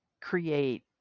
create